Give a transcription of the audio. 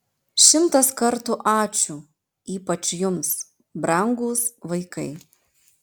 šimtas kartų ačiū ypač jums brangūs vaikai